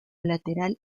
lateral